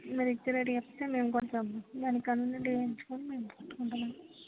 మీరు ఇచ్చే రేట్ చెప్తే మేము కొంచెం దాన్ని కన్వీనియంట్గా ఉంచుకొని మేము పెట్టుకుంటాం అండి